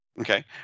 Okay